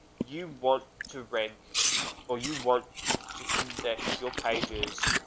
you want to rank or you want to index your pages.